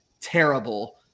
terrible